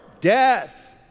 death